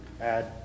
add